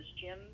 Jim